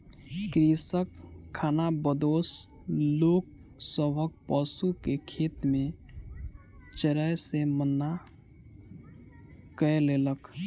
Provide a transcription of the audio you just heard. कृषक खानाबदोश लोक सभक पशु के खेत में चरै से मना कय देलक